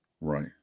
Right